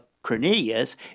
Cornelius